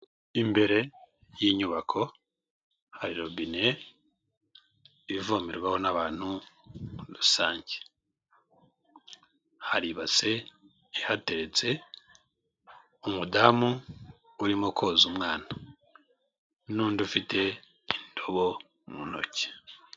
Imbere y'inyubako hari robine ivomerwaho n'abantu rusange, hari ibase hateretse, umudamu urimo koza umwana n'undi ufite intobo mu ntoki.